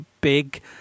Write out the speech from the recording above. big